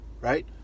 right